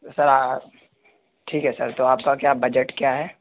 sir ठीक है sir तो आपका क्या बजट क्या है